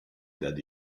that